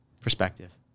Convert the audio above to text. perspective